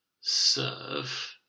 serve